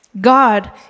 God